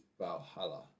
valhalla